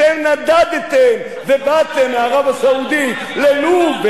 אתם נדדתם ובאתם מערב-הסעודית ללוב,